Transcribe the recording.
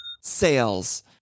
sales